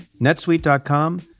netsuite.com